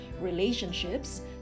relationships